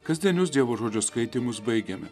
kasdienius dievo žodžio skaitymus baigiame